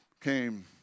came